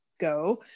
go